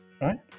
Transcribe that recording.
right